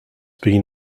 been